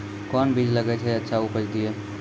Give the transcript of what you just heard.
कोंन बीज लगैय जे अच्छा उपज दिये?